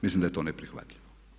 Mislim da je to neprihvatljivo.